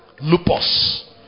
Lupus